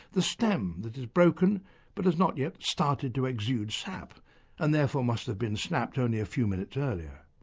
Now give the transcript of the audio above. the stem that is broken but has not yet started to exude sap and therefore must have been snapped only a few minutes earlier.